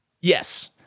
yes